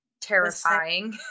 terrifying